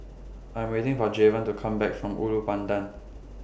I'm waiting For Jayvon to Come Back from Ulu Pandan